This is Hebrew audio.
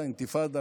מאינתיפאדה.